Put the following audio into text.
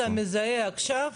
מה אתה מזהה עכשיו?